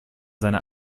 seine